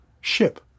ship